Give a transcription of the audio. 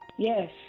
Yes